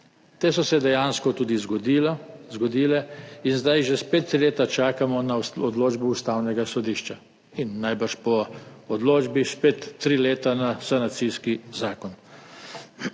Te so se dejansko tudi zgodile. In zdaj že spet tri leta čakamo na odločbo Ustavnega sodišča in najbrž po odločbi spet tri leta na sanacijski zakon.